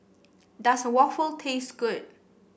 does waffle taste good